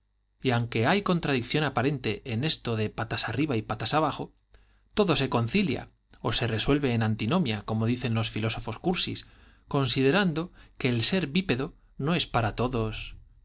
y aunque hay contradicción aparente en eso de patas arriba y patas abajo todo se concilia o se resuelve la antinomia como dicen los filósofos cursis considerando que el ser bípedo no es para todos